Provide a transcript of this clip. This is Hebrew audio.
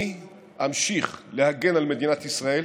אני אמשיך להגן על מדינת ישראל,